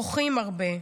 בוכים הרבה.